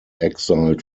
exiled